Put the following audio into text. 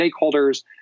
stakeholders